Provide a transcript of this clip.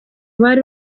bari